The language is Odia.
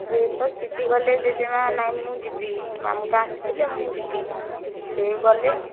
ସେତ ତ ଜିଦି କଲେ ଜେଜେମା' ନାଇଁ ମୁଁ ଯିବି ମାମୁଁ ତ ଆସିଥିଲେ ମୁଁ ଯିବି ସେ ଗଲେ